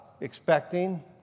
expecting